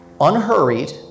unhurried